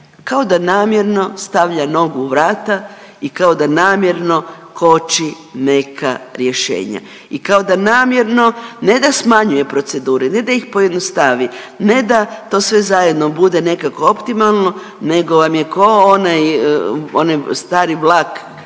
kao da namjerno stavlja nogu u vrata i kao da namjerno koči neka rješenja i kao da namjerno ne da smanjuje procedure, ne da ih pojednostavi, ne da to sve zajedno bude nekako optimalno, nego vam je ko' onaj stari vlak pa